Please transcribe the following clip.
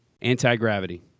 Anti-gravity